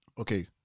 Okay